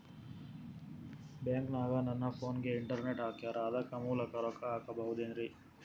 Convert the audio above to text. ಬ್ಯಾಂಕನಗ ನನ್ನ ಫೋನಗೆ ಇಂಟರ್ನೆಟ್ ಹಾಕ್ಯಾರ ಅದರ ಮೂಲಕ ರೊಕ್ಕ ಹಾಕಬಹುದೇನ್ರಿ?